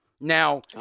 Now